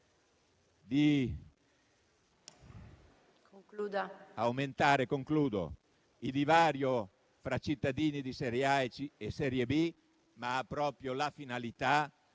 di aumentare il divario fra cittadini di serie A e di serie B, ma ha proprio la finalità di